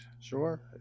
Sure